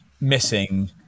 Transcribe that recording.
missing